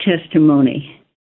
testimony